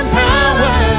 power